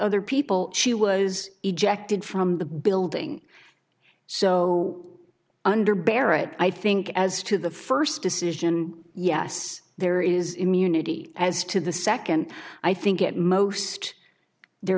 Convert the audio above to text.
other people she was ejected from the building so under barrett i think as to the first decision yes there is immunity as to the second i think it